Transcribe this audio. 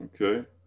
Okay